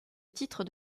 titres